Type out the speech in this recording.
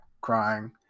crying